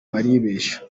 baribeshya